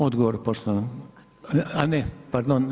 Odgovor poštovanog, a ne, pardon.